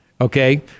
Okay